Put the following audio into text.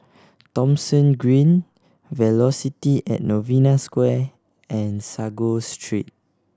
Thomson Green Velocity at Novena Square and Sago Street